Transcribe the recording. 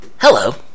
Hello